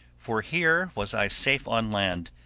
for here was i safe on land,